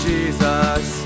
Jesus